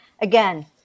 again